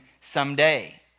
someday